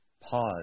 pause